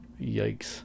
Yikes